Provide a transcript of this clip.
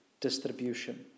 distribution